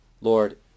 lord